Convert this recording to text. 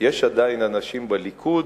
יש עדיין אנשים בליכוד